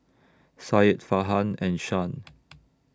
Syed Farhan and Shah